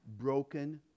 broken